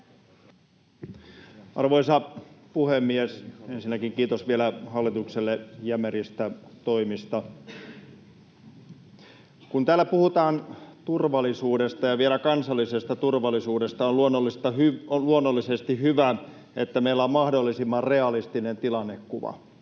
Arvoisa puhemies! Ensinnäkin kiitos vielä hallitukselle jämeristä toimista. Kun täällä puhutaan turvallisuudesta ja vielä kansallisesta turvallisuudesta, on luonnollisesti hyvä, että meillä on mahdollisimman realistinen tilannekuva.